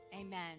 Amen